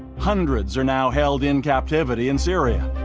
hundreds are now held in captivity in syria.